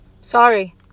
Sorry